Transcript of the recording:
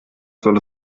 soll